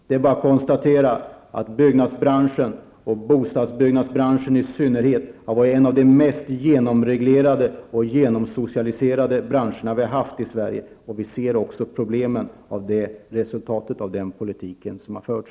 Det är bara att konstatera att byggnadsbranschen, och bostadsbyggnadsbranschen i synnerhet, har varit en av de mest genomreglerade och genomsocialiserade branscherna i Sverige, och vi ser också de problem som är resultatet av den politik som har förts.